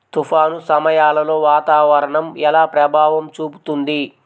తుఫాను సమయాలలో వాతావరణం ఎలా ప్రభావం చూపుతుంది?